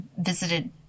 visited